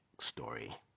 story